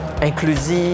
inclusif